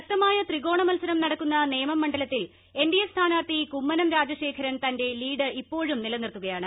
ശക്തമായ ത്രികോണമത്സരം നടക്കുന്ന നേമം മണ്ഡലത്തിൽ എൻ ഡി എ സ്ഥാനാർത്ഥി കുമ്മനം രാജശേഖരൻ തന്റെ ലീഡ് ഇപ്പോഴും നില്ലനിർത്തുകയാണ്